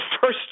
first